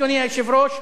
אדוני היושב-ראש,